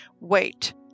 wait